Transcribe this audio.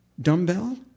dumbbell